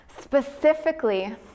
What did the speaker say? Specifically